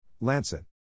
Lancet